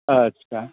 अच्छा